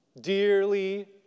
Dearly